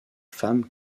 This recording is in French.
femme